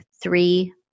three